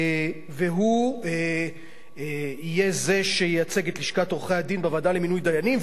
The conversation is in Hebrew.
והוא יהיה זה שייצג את לשכת עורכי-הדין בוועדה למינוי דיינים,